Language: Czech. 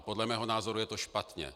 Podle mého názoru je to špatně.